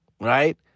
right